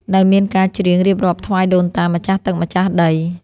ដោយមានការច្រៀងរៀបរាប់ថ្វាយដូនតា ម្ចាស់ទឹក ម្ចាស់ដី។